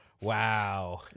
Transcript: Wow